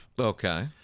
okay